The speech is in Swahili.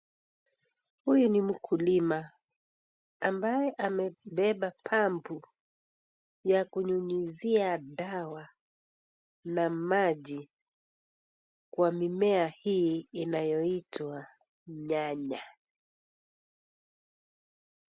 Huyu ni mkulima ambaye amebeba pampu yakunyunyizia dawa na maji kwa mimea hii inayoitwa nyanya.